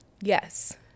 yes